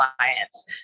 clients